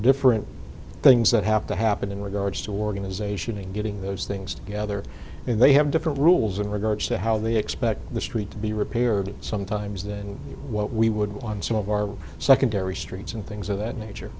different things that have to happen in regards to organization in getting those things together and they have different rules in regards to how they expect the street to be repaired sometimes that what we would want some of our secondary streets and things of that nature